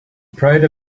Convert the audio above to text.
proud